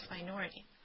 minority